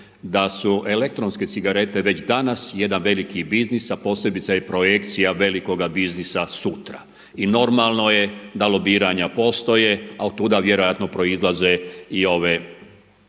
da su elektronske cigarete već danas, jedan veliki biznis a posebice i projekcija velikoga biznisa sutra. I normalno je da lobiranja postoje a od tuda vjerojatno proizlaze i ove